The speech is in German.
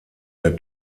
der